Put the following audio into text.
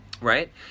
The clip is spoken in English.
right